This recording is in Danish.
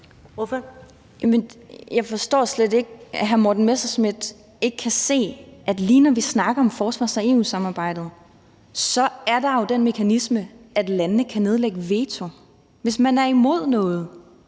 (SF): Jeg forstår slet ikke, at hr. Morten Messerschmidt ikke kan se, at lige når vi snakker om forsvars- og EU-samarbejdet, så er der jo den mekanisme, at landene kan nedlægge veto, hvis man er imod noget.